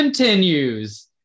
continues